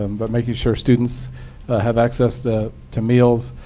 um but making sure students have access to to meals.